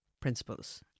principles